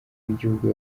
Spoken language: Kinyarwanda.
w’igihugu